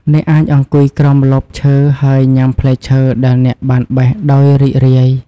អ្នកអាចអង្គុយក្រោមម្លប់ឈើហើយញ៉ាំផ្លែឈើដែលអ្នកបានបេះដោយរីករាយ។